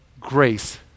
grace